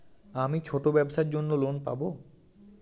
আমি ছোট ব্যবসার জন্য লোন পাব?